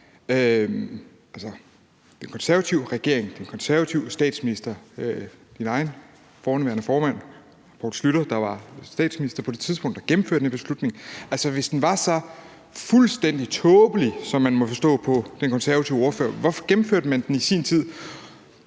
den konservative statsminister, din egen forhenværende formand, Poul Schlüter, der var statsminister på det tidspunkt, som gennemførte den her beslutning, og hvis den var så fuldstændig tåbelig, som man må forstå på den konservative ordfører at den er, hvorfor gennemførte man den i sin tid?